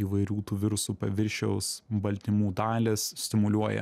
įvairių tų virusų paviršiaus baltymų dalys stimuliuoja